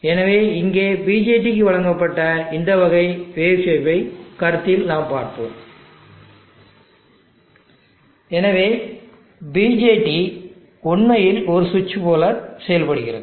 எனவே இங்கே BJT க்கு வழங்கப்பட்ட இந்த வகை வேவ் சேப்பின் கருத்தை நாம் பார்ப்போம் எனவே BJT உண்மையில் ஒரு சுவிட்ச் போல செயல்படுகிறது